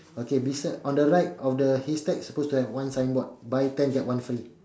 okay beside on the right of the haystack suppose to have one signboard buy ten get one free